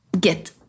get